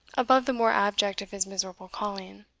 above the more abject of his miserable calling.